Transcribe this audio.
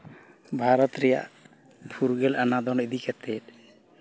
ᱵᱷᱟᱨᱛ ᱨᱮᱭᱟᱜ ᱯᱷᱩᱨᱜᱟᱹᱞ ᱟᱸᱟᱫᱚᱱ ᱤᱫᱤ ᱠᱟᱛᱮ